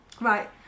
Right